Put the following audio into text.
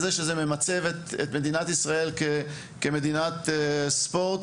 זה ממצב את מדינת ישראל כמדינת ספורט,